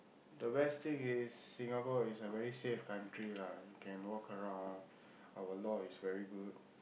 the best thing is Singapore is a very safe country lah you can walk around our law is very good